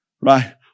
right